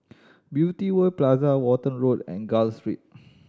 Beauty World Plaza Walton Road and Gul Street